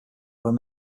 other